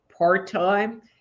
part-time